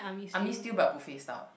army stew but buffet style